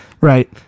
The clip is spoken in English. Right